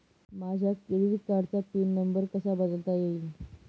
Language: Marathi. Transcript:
माझ्या क्रेडिट कार्डचा पिन नंबर कसा बदलता येईल?